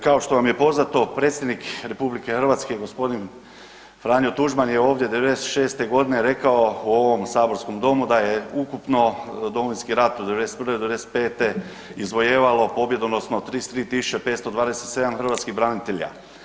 Kao što vam je poznato, Predsjednik RH, g. Franjo Tuđman je ovdje '96. g. rekao u ovom saborskom domu da je ukupno Domovinski rat od '91 do '95. izvojevalo pobjedonosno 33 527 hrvatskih branitelja.